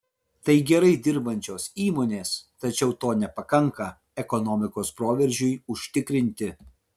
tai gerai dirbančios įmonės tačiau to nepakanka ekonomikos proveržiui užtikrinti